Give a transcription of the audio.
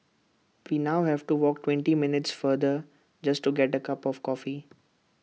we now have to walk twenty minutes farther just to get A cup of coffee